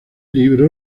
libro